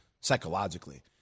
psychologically